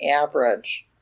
average